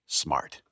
smart